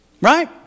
Right